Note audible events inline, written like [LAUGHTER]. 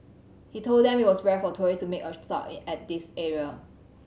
he told them it was rare for tourists to make a stop [UNINTELLIGIBLE] at this area